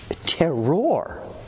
terror